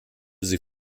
sie